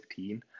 15